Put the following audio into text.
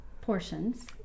portions